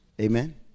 Amen